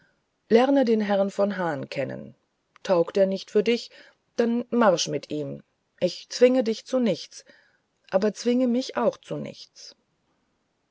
lerne den herrn von hahn kennen taugt er nicht für dich dann marsch mit ihm ich zwinge dich zu nichts aber zwinge mich auch zu nichts